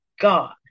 God